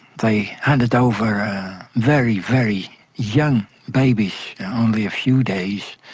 they handed over very, very young babies, only a few days